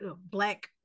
black